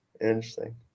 interesting